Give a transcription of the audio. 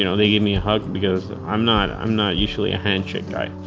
you know they give me a hug because i'm not i'm not usually a handshake guy.